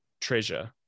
treasure